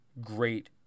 Great